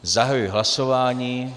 Zahajuji hlasování.